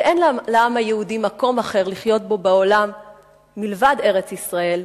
שאין לעם היהודי מקום אחר לחיות בו בעולם מלבד ארץ-ישראל,